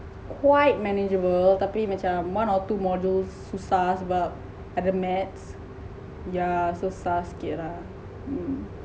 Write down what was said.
quite manageable tapi macam one or two modules susah sebab ada maths yeah susah sikit lah hmm